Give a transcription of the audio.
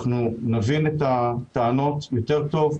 אנחנו נבין את הטענות יותר טוב,